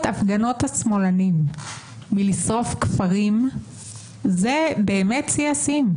המלצות השמאל מלשרוף כפרים זה שיא השיאים.